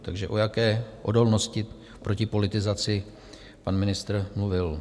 Takže o jaké odolnosti proti politizaci pan ministr mluvil?